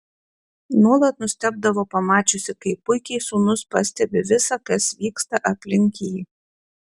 nuolat nustebdavo pamačiusi kaip puikiai sūnus pastebi visa kas vyksta aplink jį